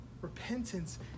Repentance